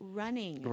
running